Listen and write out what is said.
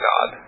God